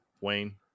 Wayne